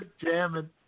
jamming